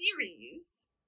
series